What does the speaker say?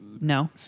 no